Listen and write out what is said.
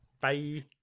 Bye